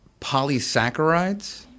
polysaccharides